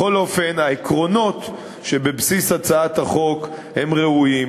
בכל אופן, העקרונות שבבסיס הצעת החוק ראויים.